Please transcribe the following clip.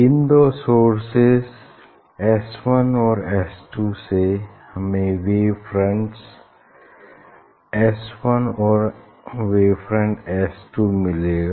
इन दो sources S one और S two से हमें वेव फ्रंट एस वन और वेव फ्रंट एस टू मिलेगा